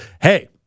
hey